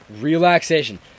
relaxation